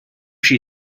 she